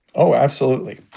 oh, absolutely.